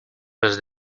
was